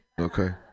Okay